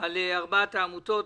על ארבע העמותות.